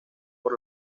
por